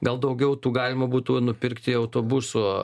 gal daugiau tų galima būtų nupirkti autobusų